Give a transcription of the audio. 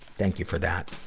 thank you for that.